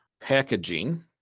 packaging